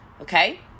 okay